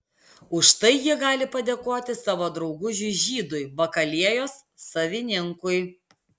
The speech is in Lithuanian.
už tai jie gali padėkoti savo draugužiui žydui bakalėjos savininkui